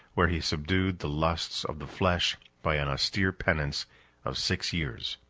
where he subdued the lusts of the flesh by an austere penance of six years.